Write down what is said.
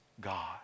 God